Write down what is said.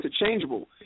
interchangeable